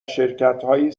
شرکتهایی